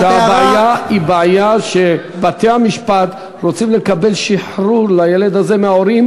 הבעיה היא שבתי-המשפט רוצים לקבל שחרור לילד הזה מההורים